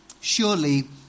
surely